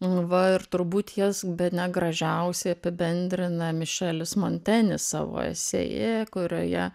va ir turbūt jas bene gražiausi apibendrina mišelis montenis savo esėje kurioje